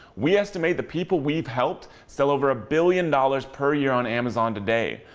we estimate the people we've helped sell over a billion dollars per year on amazon today.